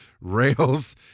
rails